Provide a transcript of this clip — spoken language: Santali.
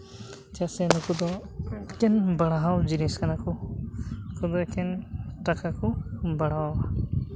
ᱪᱮᱫᱟᱜ ᱥᱮ ᱱᱩᱠᱩ ᱫᱚ ᱮᱠᱮᱱ ᱵᱟᱲᱦᱟᱣ ᱡᱤᱱᱤᱥ ᱠᱟᱱᱟ ᱠᱚ ᱱᱩᱠᱩ ᱫᱚ ᱮᱠᱮᱱ ᱴᱟᱠᱟ ᱠᱚ ᱵᱟᱲᱦᱟᱣᱟ